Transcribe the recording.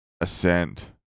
ascend